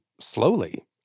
slowly